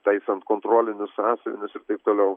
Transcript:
taisant kontrolinius sąsiuvinius ir taip toliau